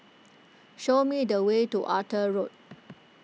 show me the way to Arthur Road